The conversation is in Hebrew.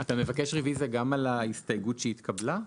אתה מבקש רוויזיה גם על ההסתייגות שהתקבלה?